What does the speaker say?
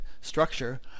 structure